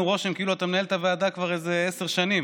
רושם כאילו הוא מנהל את הוועדה כבר איזה עשר שנים.